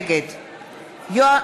נגד יואב